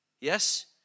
Yes